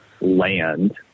land